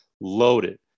loaded